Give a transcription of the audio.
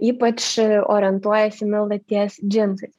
ypač orientuojasi milda ties džinsais